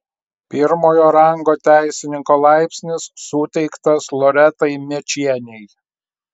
pirmojo rango teisininko laipsnis suteiktas loretai mėčienei